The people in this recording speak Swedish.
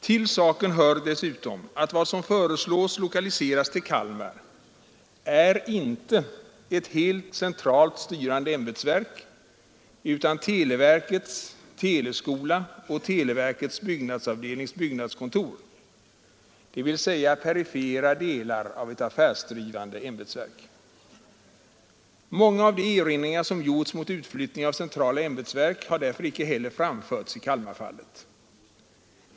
Till saken hör dessutom att vad som föreslås lokaliserat till Kalmar inte är ett helt centralt styrande ämbetsverk utan televerkets teleskola och televerkets byggnadsavdelnings byggnadskontor, dvs. perifera delar av ett affärsdrivande verk. Många av de erinringar som gjorts mot utflyttningen av centrala ämbetsverk har därför icke heller framförts i Kalmarfallet.